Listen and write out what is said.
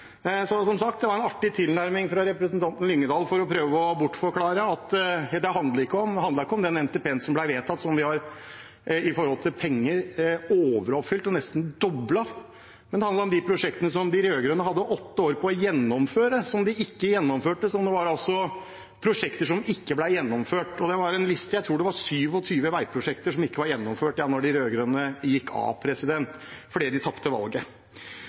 som la fram kostnadsoverslag som var langt unna det som var de faktiske forholdene – fra de rød-grønne partiene. Det var en artig tilnærming fra representanten Lyngedal for å prøve å bortforklare. Det handlet ikke om den NTP-en som ble vedtatt, som vi, når det gjelder penger, har overoppfylt og nesten doblet. Det handlet om de prosjektene som de rød-grønne hadde åtte år på å gjennomføre, som de ikke gjennomførte. Det var altså prosjekter som ikke ble gjennomført. Det var en liste på 27 veiprosjekter, tror jeg, som ikke var gjennomført